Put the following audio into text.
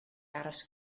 aros